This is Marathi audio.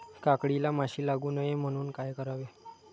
काकडीला माशी लागू नये म्हणून काय करावे?